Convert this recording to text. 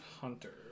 Hunter